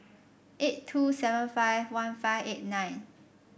eight two seven five one five eight nine